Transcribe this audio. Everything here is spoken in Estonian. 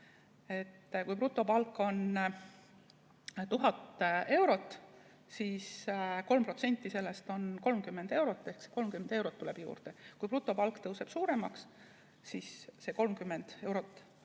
Kui brutopalk on 1000 eurot, siis 3% sellest on 30 eurot, ehk 30 eurot tuleb juurde. Kui brutopalk kasvab suuremaks, siis sellele 30 eurole